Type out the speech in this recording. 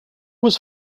was